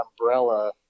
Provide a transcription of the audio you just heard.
umbrella